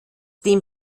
dem